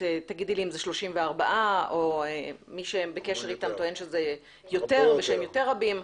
תגידי לי אם אלה 34 או מי שבקשר אתם טוען שהם יותר רבים,